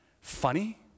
funny